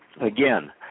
again